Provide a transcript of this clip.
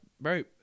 bro